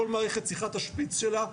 כל מערכת צריכה את השפיץ שלה.